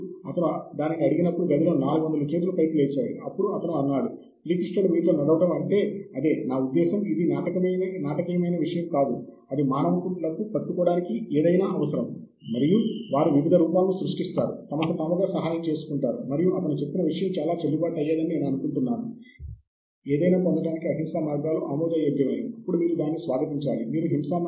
మరియు కొన్ని పాయింటర్లతో ఈ స్లైడ్ల కోసం ఇప్పటి వరకు నాకు సహాయం చేసిన ప్రొఫెసర్ కె